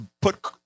put